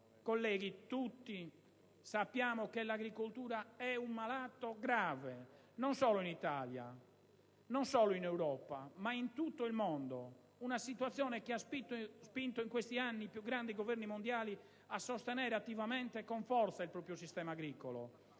Colleghi, tutti sappiamo che l'agricoltura è un malato grave, non solo in Italia, non solo in Europa, ma in tutto il mondo. Una situazione che ha spinto in questi anni i più grandi Governi mondiali a sostenere attivamente e con forza il proprio sistema agricolo.